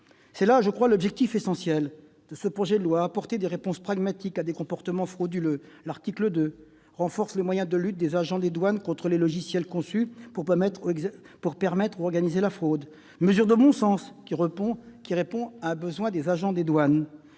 me semble-t-il, l'objectif essentiel de ce projet de loi : apporter des réponses pragmatiques à des comportements frauduleux. L'article 2 renforce les moyens de lutte des agents des douanes contre les logiciels conçus pour permettre ou organiser la fraude. Cette mesure de bon sens répond à un besoin des agents des douanes.